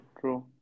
true